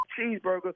cheeseburger